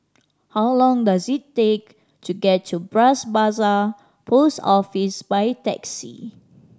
how long does it take to get to Bras Basah Post Office by taxi